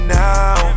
now